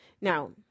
Now